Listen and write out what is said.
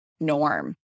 norm